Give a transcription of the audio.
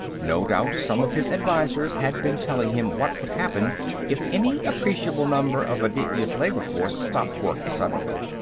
no doubt some of his advisors had been telling him what would happen if any appreciable number of aditya's labor-force stopped work suddenly,